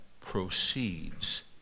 proceeds